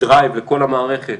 דרייב לכל המערכת,